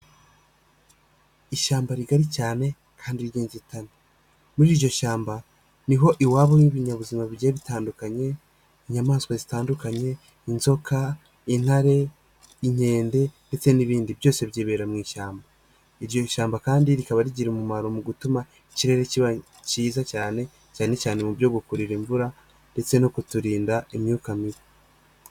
Ishyamba rigari cyane kandi ry'inzitane muri iryo shyamba niho iwabo n'ibinyabuzima bigiye bitandukanye inyamaswa zitandukanye, inzoka, intare, inkende ndetse n'ibindi byose byibera mu ishyamba. Iryo shyamba kandi rikaba rigira umumaro mu gutuma ikirere kiba kiza cyane, cyane cyane mu byo gukurura imvura ndetse no kuturinda imyuka mibi.